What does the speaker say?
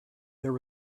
there